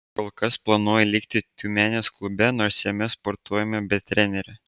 kol kas planuoju likti tiumenės klube nors jame sportuojame be trenerio